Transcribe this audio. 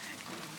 כהן.